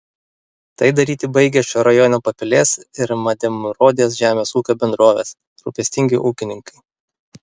tai daryti baigia šio rajono papilės ir medemrodės žemės ūkio bendrovės rūpestingi ūkininkai